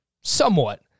somewhat